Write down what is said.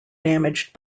damaged